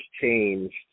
changed